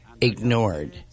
ignored